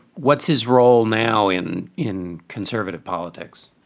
what's his role now in in conservative politics?